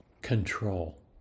control